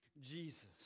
Jesus